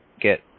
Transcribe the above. get